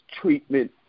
treatment